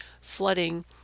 flooding